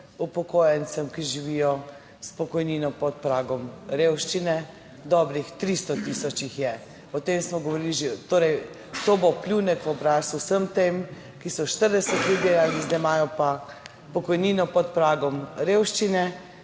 upokojencem, ki živijo s pokojnino pod pragom revščine, dobrih 300 tisoč jih je, o tem smo govorili že, torej, to bo pljunek v obraz vsem tem, ki so 40 let delali, zdaj imajo pa pokojnino pod pragom revščine,